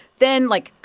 then, like,